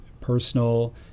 personal